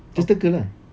awk~